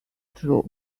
true